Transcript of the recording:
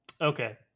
Okay